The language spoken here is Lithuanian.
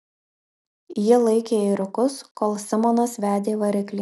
ji laikė ėriukus kol simonas vedė variklį